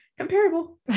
comparable